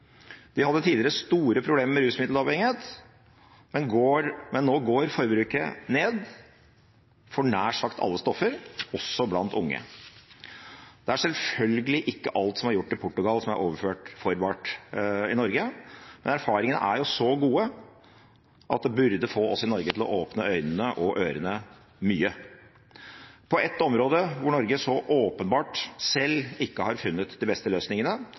De hadde tidligere store problemer med rusmiddelavhengighet, men nå går forbruket ned for nær sagt alle stoffer, også blant unge. Det er selvfølgelig ikke alt som er gjort i Portugal, som er overførbart til Norge, men erfaringene er så gode at det burde få oss i Norge til å åpne øynene og ørene mye. På et område hvor Norge så åpenbart selv ikke har funnet de beste løsningene,